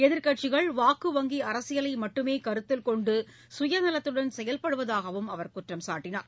எதிர்க்கட்சிகள் வாக்கு வங்கி அரசியலை மட்டுமே கருத்தில் கொண்டு சுயநலத்துடன் செயல்படுவதாகவும் அவர் குற்றம் சாட்டினார்